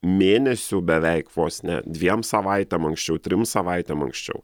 mėnesiu beveik vos ne dviem savaitėm anksčiau trim savaitėm anksčiau